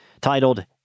titled